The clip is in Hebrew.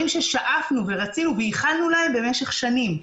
ששאפנו ורצינו וייחלנו להם במשך שנים.